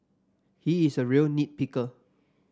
he is a real nit picker